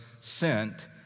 sent